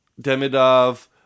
Demidov